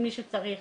אם מישהו צריך